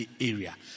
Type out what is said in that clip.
area